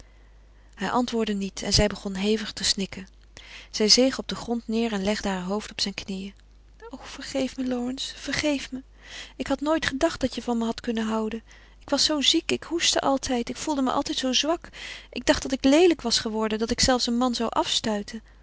hij antwoordde niet en zij begon hevig te snikken zij zeeg op den grond neêr en legde haar hoofd op zijn knieën o vergeef me lawrence vergeef me ik had nooit gedacht dat je van me hadt kunnen houden ik was zoo ziek ik hoestte altijd ik voelde me altijd zoo zwak ik dacht dat ik leelijk was geworden dat ik zelfs een man zou afstuiten